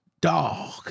Dog